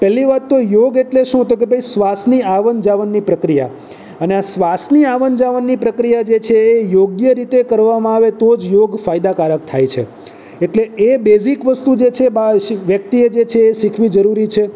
પહેલી વાત તો યોગ એટલે શું તો કહે ભાઈ શ્વાસની આવન જાવનની પ્રક્રિયા અને આ શ્વાસની આવન જાવનની પ્રક્રિયા જે છે એ યોગ્ય રીતે કરવામાં આવે તો જ યોગ ફાયદાકારક થાય છે એટલે એ બેઝિક વસ્તુ જે છે વ્યક્તિએ જે છે એ શીખવી જરૂરી છે